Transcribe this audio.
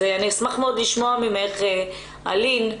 אשמח מאוד לשמוע ממך, אלין,